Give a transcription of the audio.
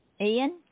Ian